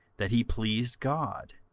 that he pleased god.